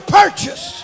purchase